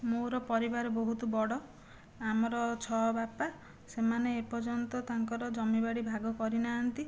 ମୋର ପରିବାର ବହୁତ ବଡ଼ ଆମର ଛଅ ବାପା ସେମାନେ ଏପର୍ଯ୍ୟନ୍ତ ତାଙ୍କର ଜମିବାଡ଼ି ଭାଗ କରିନାହାନ୍ତି